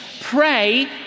Pray